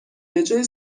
بجای